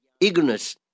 eagerness